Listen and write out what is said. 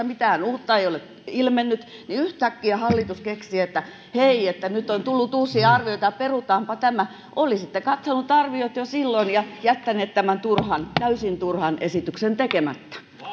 mitään uutta ei ole ilmennyt niin yhtäkkiä hallitus keksii että hei nyt on tullut uusia arvioita ja perutaanpa tämä olisitte katsoneet arvioita jo silloin ja jättäneet tämän turhan täysin turhan esityksen tekemättä